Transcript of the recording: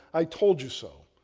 i told you so.